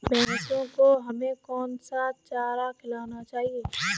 भैंसों को हमें कौन सा चारा खिलाना चाहिए?